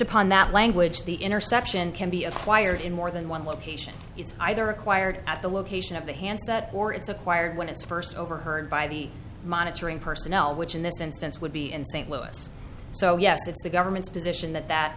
upon that language the interception can be acquired in more than one location it's either acquired at the location of the handset or it's acquired when it's first overheard by the monitoring personnel which in this instance would be in st louis so yes it's the government's position that that